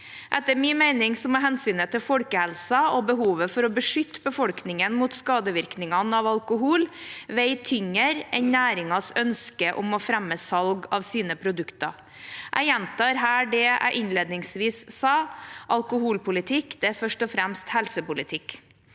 Etter min mening må hensynet til folkehelsen og behovet for å beskytte befolkningen mot skadevirkningene av alkohol veie tyngre enn næringens ønske om å fremme salg av sine produkter. Jeg gjentar her det jeg sa innledningsvis: Alkoholpolitikk er først og fremst helsepolitikk.